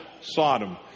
Sodom